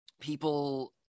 people